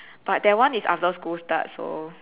but that one is after school starts so